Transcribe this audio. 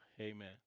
Amen